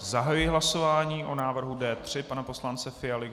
Zahajuji hlasování o návrhu D3 pana poslance Fialy.